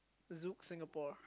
Zouk Singapore